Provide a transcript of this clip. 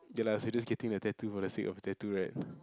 ya lah so you just getting the tattoo for the sake of a tattoo [right]